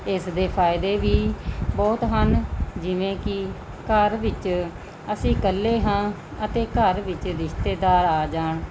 ਇਸ ਦੇ ਫ਼ਾਇਦੇ ਵੀ ਬਹੁਤ ਹਨ ਜਿਵੇਂ ਕਿ ਘਰ ਵਿੱਚ ਅਸੀਂ ਇਕੱਲੇ ਹਾਂ ਅਤੇ ਘਰ ਵਿੱਚ ਰਿਸ਼ਤੇਦਾਰ ਆ ਜਾਣ